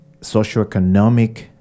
socioeconomic